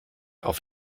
auf